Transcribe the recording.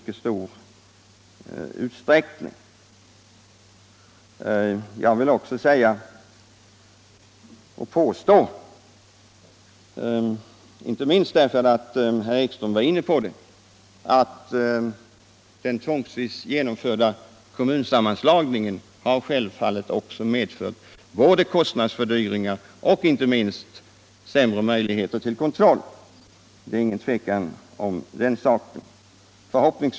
Eftersom herr Ekström kom in på ”kommunreformen” vill jag påstå att den tvångsvis genomförda kommunsammanslagningen självfallet har medfört både kostnadsfördyringar och därtill sämre möjligheter till kontroll. Det råder inget tvivel om den saken.